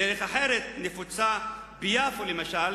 דרך אחרת נפוצה, ביפו למשל,